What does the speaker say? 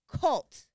cult